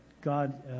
God